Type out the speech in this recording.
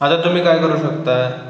आता तुम्ही काय करू शकत आहे